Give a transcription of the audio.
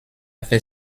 fait